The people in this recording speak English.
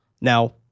Now